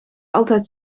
altijd